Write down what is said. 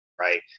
right